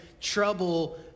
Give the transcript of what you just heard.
trouble